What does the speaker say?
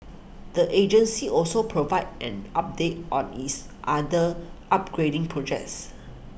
the agency also provided an update on its other upgrading projects